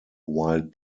wild